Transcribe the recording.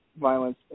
violence